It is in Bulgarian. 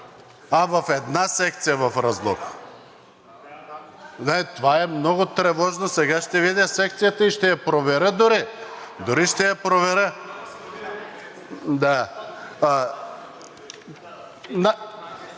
А, в една секция в Разлог. Не, това е много тревожно. Сега ще видя секцията и ще я проверя дори.